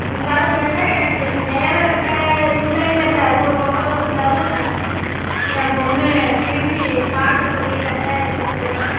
இருந்தாலும் ஏன்னா எங்களுக்கு நேரம் இருக்க இல்லைங்குறது அது ஒரு பக்கம் இருந்தாலும் என் பொண்ணு விரும்பி பார்க்க சொல்லி கட்டாயப்படுத்தினா